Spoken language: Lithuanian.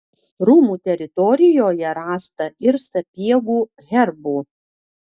rūmų teritorijoje rasta ir sapiegų herbų